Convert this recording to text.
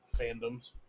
fandoms